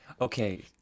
Okay